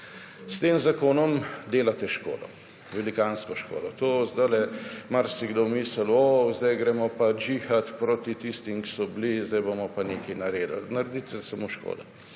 S tem zakonom delate škodo, velikansko škodo. To sedaj marsikdo misli sedaj gremo pa džihati proti tistim, ki so bili sedaj pa bomo nekaj naredili. Naredite samo škodo.